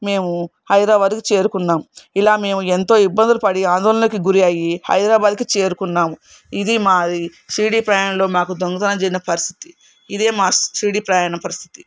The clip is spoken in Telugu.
మేము హైదరాబాద్కు చేరుకున్నాం ఇలా మేము ఎంతో ఇబ్బందులు పడి ఆందోళనకి గురి అయ్యి హైదరాబాద్కి చేరుకున్నాము ఇది మా షిరిడి ప్రయాణంలో దొంగతనం జరిగిన పరిస్థితి ఇదే మా షిరిడి ప్రయాణం పరిస్థితి